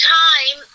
time